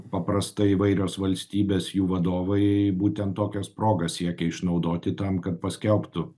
paprastai įvairios valstybės jų vadovai būtent tokias progas siekia išnaudoti tam kad paskelbtų